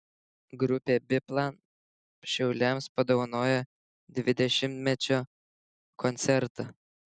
grupė biplan šiauliams padovanojo dvidešimtmečio koncertą